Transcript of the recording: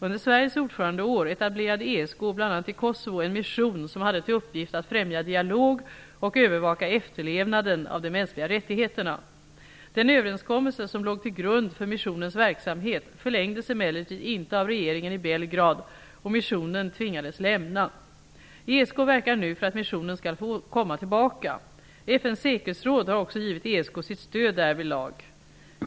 Under Sveriges ordförandeår etablerade ESK bl.a. i Kosovo en mission som hade till uppgift att främja dialog och övervaka efterlevnaden av de mänskliga rättigheterna. Den överenskommelse som låg till grund för missionens verksamhet förlängdes emellertid inte av regeringen i Belgrad och missionen tvingades lämna platsen. ESK verkar nu för att missionen skall få komma tillbaka. FN:s säkerhetsråd har också givit ESK sitt stöd därvidlag.